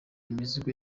imizigo